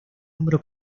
número